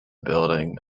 building